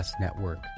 Network